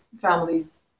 families